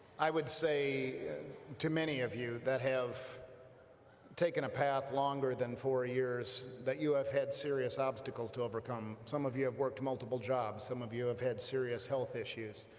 i would say to many of you that have taken a path longer than four years that you have had serious obstacles to overcome. some of you have worked multiple jobs, some of you have had serious health issues,